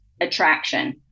attraction